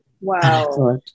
Wow